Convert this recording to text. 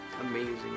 amazing